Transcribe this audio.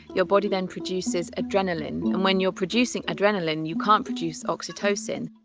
your body then produces adrenaline, and when you're producing adrenaline you can't produce oxytocin.